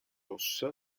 ossa